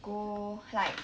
go like